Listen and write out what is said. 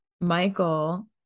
michael